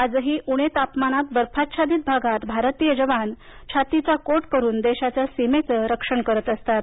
आजही उणे तापमानात बर्फाच्छादित भागात भारतीय जवान छातीचा कोट करून देशाच्या सीमेचं रक्षण करत असतात